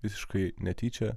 visiškai netyčia